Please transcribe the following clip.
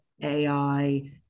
AI